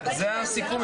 זה הסיכום?